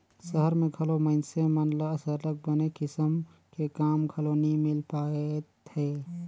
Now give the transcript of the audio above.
सहर में घलो मइनसे मन ल सरलग बने किसम के काम घलो नी मिल पाएत हे